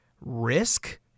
risk